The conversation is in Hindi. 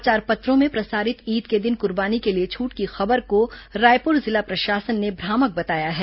समाचार पत्रों में प्रसारित ईद के दिन कुर्बानी के लिए छूट की खबर को रायपुर जिला प्रशासन ने भ्रामक बताया है